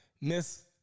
Miss